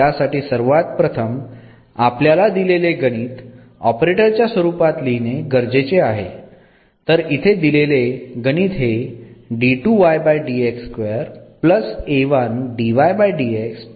त्यासाठी सर्वात प्रथम आपल्याला दिलेले गणित ऑपरेटरच्या स्वरूपात लिहिणे गरजेचे आहे तर इथे दिलेले गणित हे